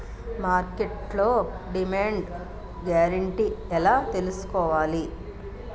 మార్కెట్లో demand guarantee ఎలా తెల్సుకోవాలి?